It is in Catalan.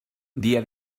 dia